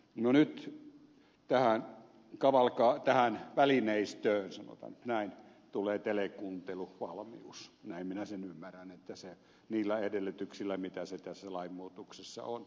no nyt tähän välineistöön sanotaan nyt näin tulee telekuunteluvalmius näin minä sen ymmärrän niillä edellytyksillä mitä se tässä lainmuutoksessa on